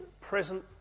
present